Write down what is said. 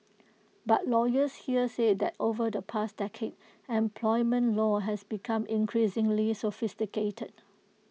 but lawyers here say that over the past decade employment law has become increasingly sophisticated